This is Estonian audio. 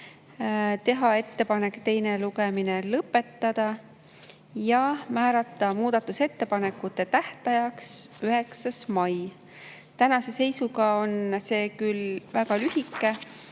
teha ettepanek teine lugemine lõpetada ja määrata muudatusettepanekute tähtajaks 9. mai. Tänase seisuga on see aeg küll väga lühike,